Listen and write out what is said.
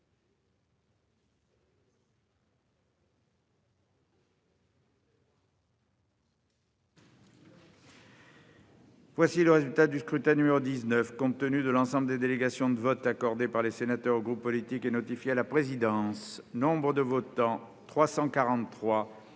le résultat du scrutin. Voici, compte tenu de l'ensemble des délégations de vote accordées par les sénateurs aux groupes politiques et notifiées à la présidence, le résultat du